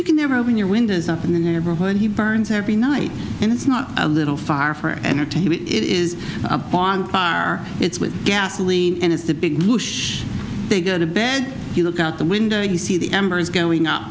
you can never when your windows up in the neighborhood he burns every night and it's not a little fire for entertainment it is a bond it's with gasoline and it's the big they go to bed you look out the window you see the embers going up